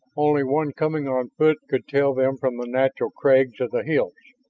only one coming on foot could tell them from the natural crags of the hills.